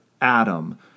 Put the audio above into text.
Adam